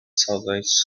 southwest